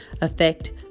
affect